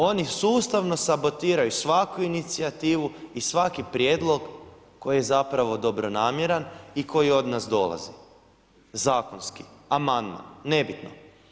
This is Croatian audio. Oni sustavno sabotiraju svaku inicijativu i svaki prijedlog koji je zapravo dobronamjeran i koji od nas dolazi, zakonski, amandman, nebitno.